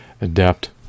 adept